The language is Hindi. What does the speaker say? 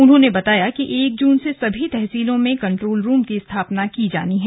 उन्होंने बताया कि एक जून से सभी तहसीलों में कन्ट्रोल रूम की स्थापना की जानी है